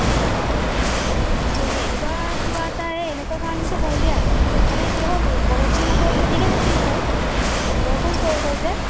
অঁ এইবাৰ কিবা এটা এই এনেকুৱা কাৰণতে হ'ল দিয়া মানে কি হ'ল বৰষুণ নপৰিলে ঠিকে থাকিলহেতেন বৰষুণ পৰি গ'ল যে